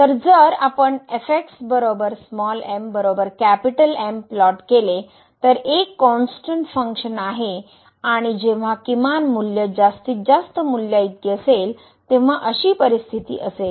तर जर आपण fx m M प्लॉट केले तर ते एक कॉन्स्टंन्ट फंक्शन आहे आणि जेव्हा किमान मूल्य जास्तीत जास्त मूल्याइतकी असेल तेव्हा अशी परिस्थिती असेल